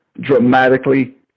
dramatically